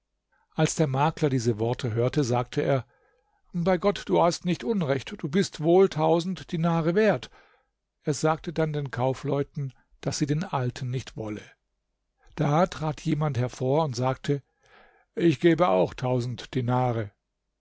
als der makler diese worte hörte sagte er bei gott du hast nicht unrecht du bist wohl tausend dinare wert er sagte dann den kaufleuten daß sie den alten nicht wolle da trat jemand hervor und sagte ich gebe auch tausend dinare